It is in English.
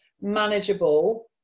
manageable